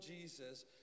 Jesus